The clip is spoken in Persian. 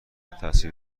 تاثیر